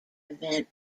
event